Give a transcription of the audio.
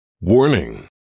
Warning